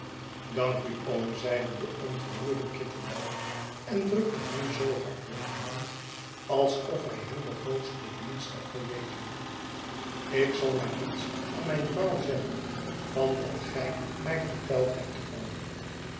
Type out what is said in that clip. dank u oom zeide de ontroerde kitterbell en drukte hem zoo hartelijk de handalsof hij hem den grootsten dienst had bewezen ik zal maar niets aan mijn vrouw zeggen van wat gij mij verteld hebt oom